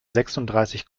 sechsunddreißig